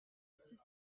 six